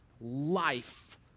life